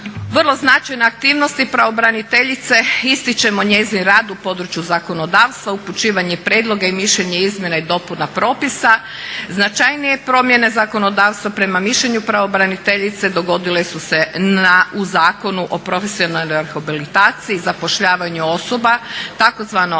Vrlo značajne aktivnosti pravobraniteljice ističemo njezin rad u području zakonodavstva, upućivanje prijedloga, mišljenja i izmjena i dopuna propisa. Značajnije promjene zakonodavstva prema mišljenju pravobraniteljice dogodile su se u Zakonu o profesionalnoj rehabilitaciji, zapošljavanju osoba tzv.